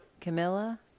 Camilla